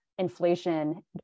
inflation